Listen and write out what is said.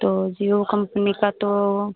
तो जियो कम्पनी का तो